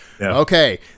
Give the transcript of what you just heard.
okay